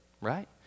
right